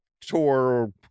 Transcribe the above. tour